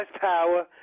power